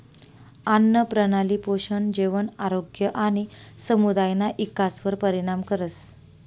आन्नप्रणाली पोषण, जेवण, आरोग्य आणि समुदायना इकासवर परिणाम करस